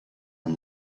and